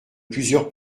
plusieurs